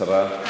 השרה,